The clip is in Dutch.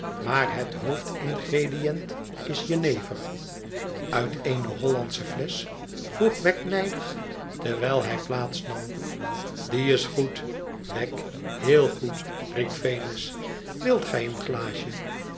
maar het hoofd ingrediënt is jenever uit eene hollandsche flesch vroeg wegg nijdig terwijl hij plaats nam die is goed wegg heel goed riep venus avilt gij een glaasje